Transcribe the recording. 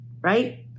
right